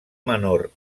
menor